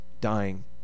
dying